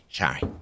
sorry